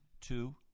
Two